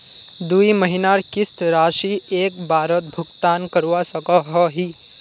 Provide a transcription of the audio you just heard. दुई महीनार किस्त राशि एक बारोत भुगतान करवा सकोहो ही?